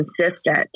consistent